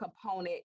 component